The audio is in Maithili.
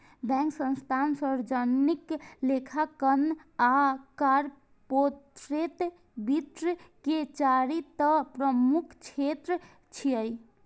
बैंक, संस्थान, सार्वजनिक लेखांकन आ कॉरपोरेट वित्त के चारि टा प्रमुख क्षेत्र छियै